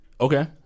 Okay